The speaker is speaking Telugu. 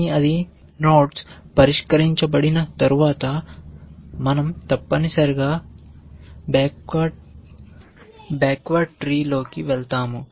కానీ అది నోడ్స్ పరిష్కరించబడిన తర్వాత మన০ తప్పనిసరిగా బ్యాక్ వార్డ్ ట్రీ లోకి వెళ్తాము